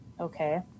Okay